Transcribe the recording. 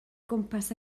gwmpas